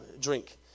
drink